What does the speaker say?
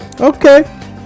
Okay